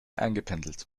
eingependelt